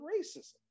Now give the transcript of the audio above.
racism